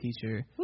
teacher